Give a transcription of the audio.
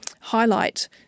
highlight